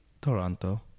Toronto